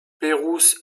pérouse